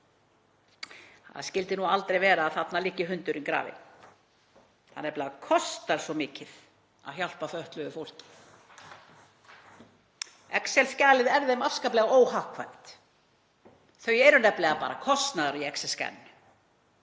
Það skyldi þó aldrei vera að þarna liggi hundurinn grafinn. Það nefnilega kostar svo mikið að hjálpa fötluðu fólki. Excel-skjalið er þeim afskaplega óhagkvæmt. Þau eru nefnilega bara kostnaður í excel-skjalinu.